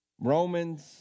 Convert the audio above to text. romans